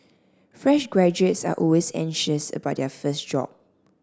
fresh graduates are always anxious about their first job